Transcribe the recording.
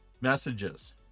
messages